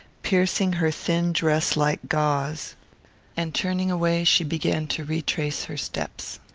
piercing her thin dress like gauze and turning away she began to retrace her steps.